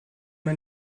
man